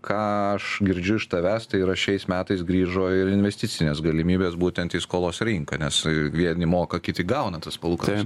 ką aš girdžiu iš tavęs tai yra šiais metais grįžo ir investicinės galimybės būtent į skolos rinką nes vieni moka kiti gauna tas palūkanas